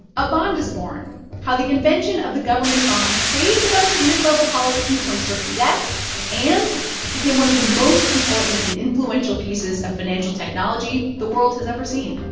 a bond is born how the invention of the government bond saved a bunch of mid-level politicians from certain death and became one of the most important and influential pieces of financial technology the world has ever seen